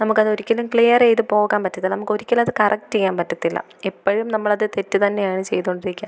നമുക്ക് അത് ഒരിക്കലും ക്ലിയർ ചെയ്തു പോകാൻ പറ്റത്തില്ല നമുക്ക് ഒരിക്കലും അത് കറക്റ്റ് ചെയ്യാൻ പറ്റത്തില്ല എപ്പോഴും നമ്മൾ അ ത് തെറ്റ് തന്നെയാണ് ചെയ്തു കൊണ്ടിരിക്കുക